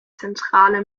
zentrale